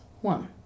one